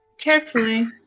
Carefully